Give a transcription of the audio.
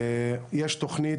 יש תכנית,